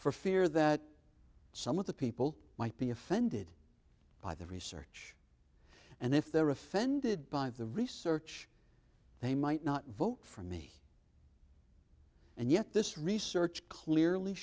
for fear that some of the people might be offended by the research and if they're offended by the research they might not vote for me and yet this research clearly